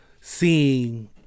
seeing